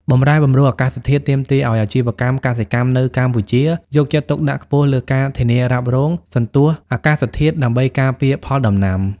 បម្រែបម្រួលអាកាសធាតុទាមទារឱ្យអាជីវកម្មកសិកម្មនៅកម្ពុជា យកចិត្តទុកដាក់ខ្ពស់លើការធានារ៉ាប់រងសន្ទស្សន៍អាកាសធាតុ ដើម្បីការពារផលដំណាំ។